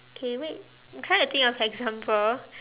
okay wait I'm trying to think of example